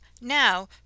now